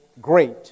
great